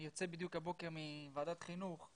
אני יוצא בדיוק הבוקר מוועדת חינוך,